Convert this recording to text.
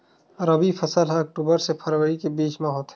रबी फसल हा अक्टूबर से फ़रवरी के बिच में होथे